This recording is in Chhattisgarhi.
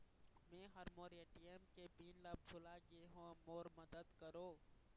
मै ह मोर ए.टी.एम के पिन ला भुला गे हों मोर मदद करौ